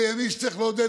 אלה ימים שצריך לעודד